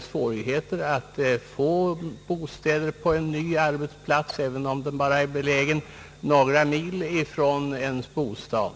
svårt att få bostad i närheten av en ny arbetsplats, även om denna är belägen bara några mil från ens nuvarande bostad.